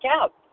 out